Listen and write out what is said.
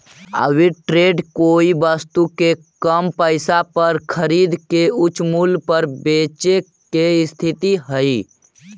arbitrage कोई वस्तु के कम पईसा पर खरीद के उच्च मूल्य पर बेचे के स्थिति हई